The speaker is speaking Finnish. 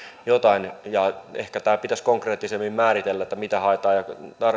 jotain ja ehkä tämä pitäisi konkreettisemmin määritellä mitä haetaan ja